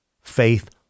Faith